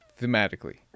thematically